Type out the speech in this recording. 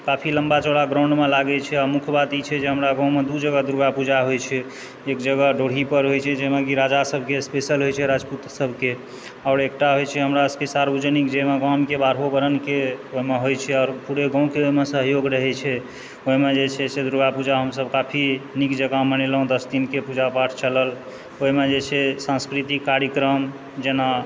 काफी लम्बा चौड़ा ग्राउण्डमे लागैत छै आ मुख्य बात ई छै जे हमरा गाँवमे दू जगह दुर्गा पूजा होइ छै एक जगह ड्योढ़ी पर होइ छै जाहिमे कि राजा सभके स्पेशल होइ छै राजपूत सभके आओर एकटा होइत छै हमरा सभकेँ सार्वजनिक जाहिमे गामके बारहो वर्णके होइ छै आओर पूरे गामके ओहिमे सहयोग रहै छै ओहिमे जे छै से दुर्गा पूजा हमसभ काफी नीक जकाँ मनेलहुँ दश दिनके पूजा पाठ चलल ओहिमे जे छै सांस्कृतिक कार्यक्रम जेना